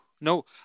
No